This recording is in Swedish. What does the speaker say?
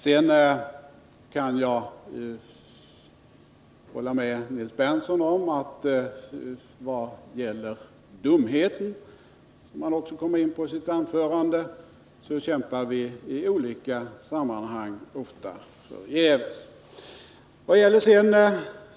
Jag kan allmänt hålla med Nils Berndtson om att mot dumheten, som han också kom in på i sitt anförande, kämpar vi i olika sammanhang ofta förgäves.